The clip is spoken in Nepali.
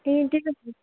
ए त्यही त